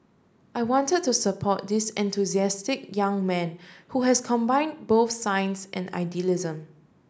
I wanted to support this enthusiastic young man who has combined both science and idealism